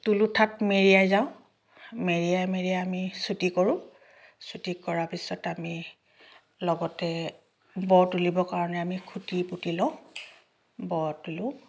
টোলোঠাত মেৰিয়াই যাওঁ মেৰিয়াই মেৰিয়াই আমি চুটি কৰোঁ চুটি কৰাৰ পিছত আমি লগতে ব তুলিবৰ কাৰণে আমি খুটি পুতি লওঁ ব তোলোঁ